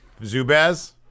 Zubaz